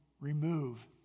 remove